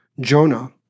Jonah